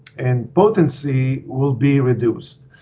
and potency will be reduced.